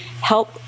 help